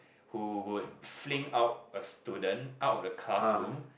who would fling out a student out of the classroom